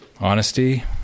honesty